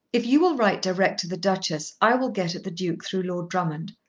if you will write direct to the duchess, i will get at the duke through lord drummond.